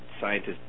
scientists